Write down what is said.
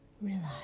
Relax